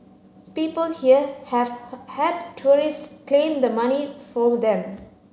people here have had tourist claim the money for them